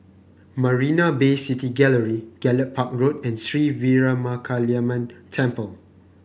Marina Bay City Gallery Gallop Park Road and Sri Veeramakaliamman Temple